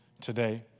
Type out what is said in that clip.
today